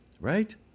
Right